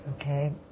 Okay